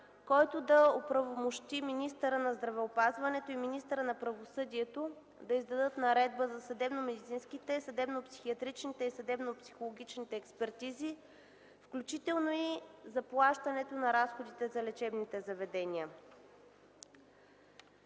който да оправомощи министъра на здравеопазването и министъра на правосъдието, да издадат Наредба за съдебномедицинските, съдебнопсихиатричните и съдебнопсихологичните експертизи, включително и заплащането на разходите за лечебните заведения.